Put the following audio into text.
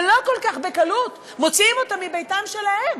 ולא כל כך בקלות מוציאים אותם מביתם שלהם.